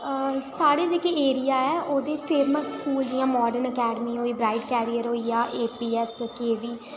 सामढ़ा जेह्का एरिया ऐ ओह्दे फेमस स्कूल जि'यां ऐस मार्डनअकैडमी होई ब्राईट कैरियर होई गेआ एपी एस केवी